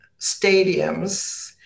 stadiums